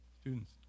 students